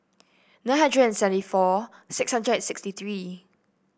nine hundred and seventy four six hundred and sixty three